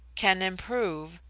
can improve,